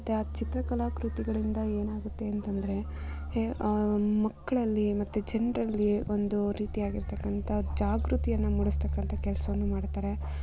ಮತ್ತೆ ಆ ಚಿತ್ರ ಕಲಾಕೃತಿಗಳಿಂದ ಏನಾಗುತ್ತೆ ಅಂತೆಂದ್ರೆ ಆ ಒಂದು ಮಕ್ಕಳಲ್ಲಿ ಮತ್ತು ಜನರಲ್ಲಿ ಒಂದು ರೀತಿಯಾಗಿರ್ತಕ್ಕಂಥ ಜಾಗೃತಿಯನ್ನ ಮೂಡಿಸ್ತಕ್ಕಂಥ ಕೆಲ್ಸವನ್ನು ಮಾಡ್ತಾರೆ